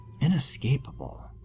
inescapable